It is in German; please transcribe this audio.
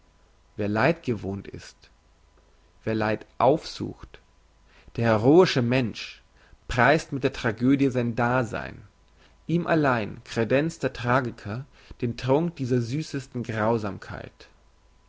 wer leid gewohnt ist wer leid aufsucht der heroische mensch preist mit der tragödie sein dasein ihm allein kredenzt der tragiker den trunk dieser süssesten grausamkeit